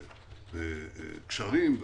גשרים,